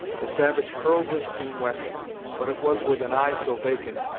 the savage hurled his keen weapon but it was with an eye so vacant,